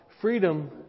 Freedom